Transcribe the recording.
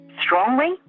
strongly